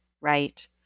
right